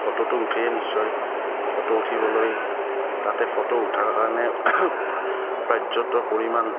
ফটোতো উঠেই নিশ্চয় ফটো উঠিবলৈ তাতে ফটো উঠাৰ কাৰণে পৰ্যাপ্ত পৰিমাণ